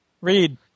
Read